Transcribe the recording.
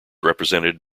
represented